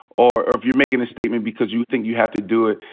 or if you're makin' a statement because you think you have to do it.